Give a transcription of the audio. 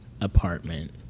apartment